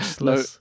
no